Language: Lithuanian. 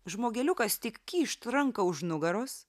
žmogeliukas tik kyšt ranką už nugaros